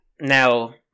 now